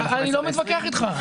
אני לא מתווכח אתך.